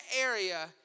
area